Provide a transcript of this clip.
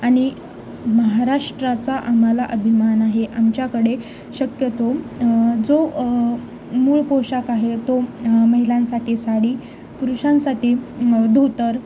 आणि महाराष्ट्राचा आम्हाला अभिमान आहे आमच्याकडे शक्यतो जो मूळ पोशाख आहे तो महिलांसाठी साडी पुरुषांसाठी धोतर